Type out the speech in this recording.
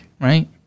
right